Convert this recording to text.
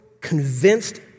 convinced